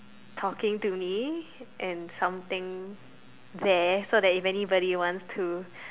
talking to me and something there so that if anybody wants to